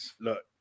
look